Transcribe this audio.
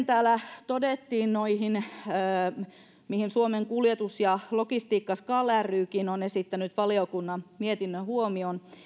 täällä todettiin siitä mistä suomen kuljetus ja logistiikka skal rykin on esittänyt valiokunnan mietintöön huomion